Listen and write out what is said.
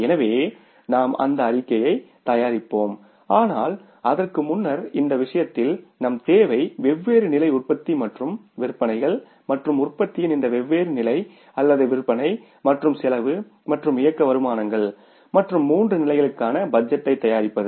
எனவே நாம் அந்த அறிக்கையைத் தயாரிப்போம் ஆனால் அதற்கு முன்னர் இந்த விஷயத்தில் நம் தேவை வெவ்வேறு நிலை உற்பத்தி மற்றும் விற்பனைகள் மற்றும் உற்பத்தியின் இந்த வெவ்வேறு நிலை அல்லது விற்பனை மற்றும் செலவு மற்றும் இயக்க வருமானங்கள் மற்றும் மூன்று நிலைகளுக்கான பட்ஜெட்டைத் தயாரிப்பது